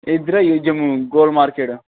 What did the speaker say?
इधर आई जाएओ जम्मू गोलमारकेट